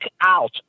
out